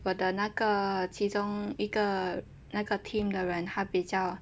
我的那个其中一个那个 team 的人比较